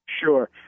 Sure